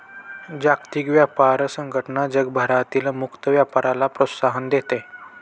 जागतिक व्यापार संघटना जगभरातील मुक्त व्यापाराला प्रोत्साहन देते